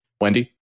Wendy